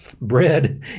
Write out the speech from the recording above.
bread